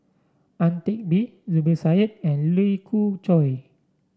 Ang Teck Bee Zubir Said and Lee Khoon Choy